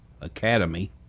Academy